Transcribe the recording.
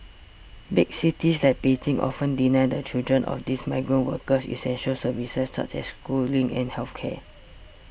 big cities like Beijing often deny the children of these migrant workers essential services such as schooling and health care